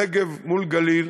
נגב מול גליל.